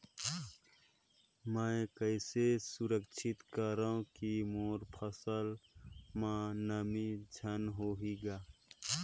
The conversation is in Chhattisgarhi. मैं कइसे सुरक्षित करो की मोर फसल म नमी झन होही ग?